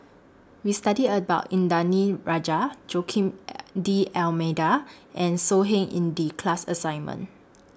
We studied about Indranee Rajah Joaquim D'almeida and So Heng in The class assignment